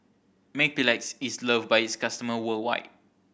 Mepilex is love by its customer worldwide